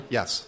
Yes